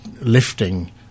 lifting